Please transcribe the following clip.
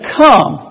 come